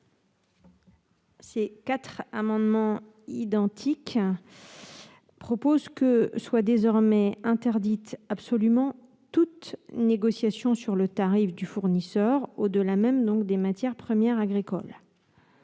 Ces trois amendements identiques tendent à interdire absolument toute négociation sur le tarif du fournisseur, au-delà même des matières premières agricoles.